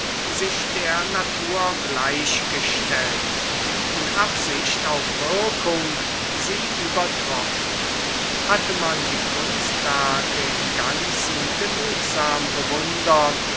sich der natur gleichgestellt in absicht auf wirkung sie übertroffen hatte man die kunstwerke im ganzen genugsam bewundert